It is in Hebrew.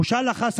בושה לך,